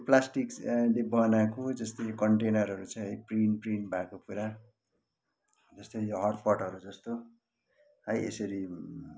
प्लास्टिक्सले बनाएको जस्तै यो कन्टेनरहरू चाहिँ है प्रिन्ट प्रिन्ट भएको कुरा जस्तै यो हटपटहरू जस्तो है यसरी